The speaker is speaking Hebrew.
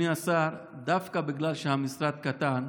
אדוני השר, דווקא בגלל שהמשרד קטן,